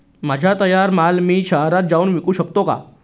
माझा तयार माल मी शहरात जाऊन विकू शकतो का?